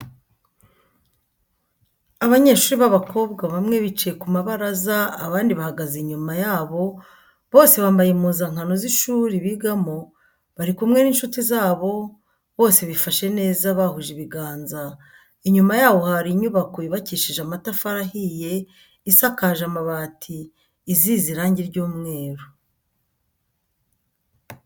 Abanyeshuri b'abakobwa bamwe bicaye ku mabaraza abandi bahagaze inyuma yabo bose bambaye impuzankano z'ishuri bigamo bari kumwe n'inshuti zabo bose bifashe neza bahuje ibiganza ,inyuma yabo hari inyubako yubakishije amatafari ahiye isakaje amabati izize irangi ry'umweru.